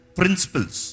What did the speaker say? principles